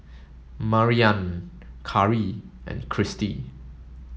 Mariann Carri and Cristy